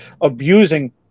abusing